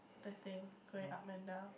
the thing going up and down